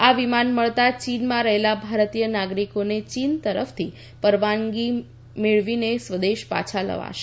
આ વિમાન વળતાં ચીનમાં રહેલા ભારતીય નાગરિકોને ચીન તરફથી પરવાનગી મેળવીને સ્વદેશ પાછા લાવશે